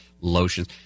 lotions